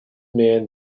man